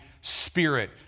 spirit